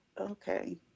Okay